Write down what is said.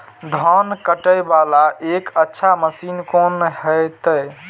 धान कटे वाला एक अच्छा मशीन कोन है ते?